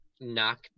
knock